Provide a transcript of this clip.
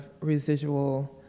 residual